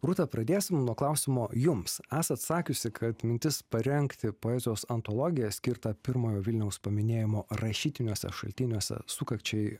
rūta pradės nuo klausimo jums esat sakiusi kad mintis parengti poezijos antologiją skirtą pirmojo vilniaus paminėjimo rašytiniuose šaltiniuose sukakčiai